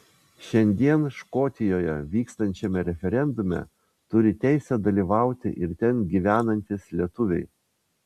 šiandien škotijoje vykstančiame referendume turi teisę dalyvauti ir ten gyvenantys lietuviai